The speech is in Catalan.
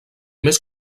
més